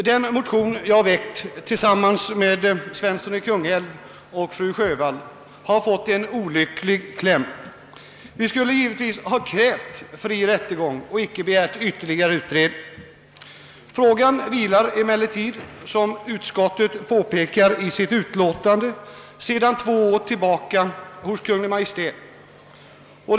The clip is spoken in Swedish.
Den motion jag väckt tillsammans med herr Svensson i Kungälv och fru Sjövall har fått en olycklig kläm. Vi skulle givetvis ha krävt fri rättegång för utlänning och icke begärt ytterligare utredning. Frågan vilar emellertid som utskottet påpekat sedan två år tillbaka hos Kungl. Maj:t.